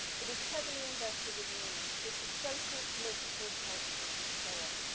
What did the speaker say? it is heavily invested with meaning, which is social, political, cultural and so on.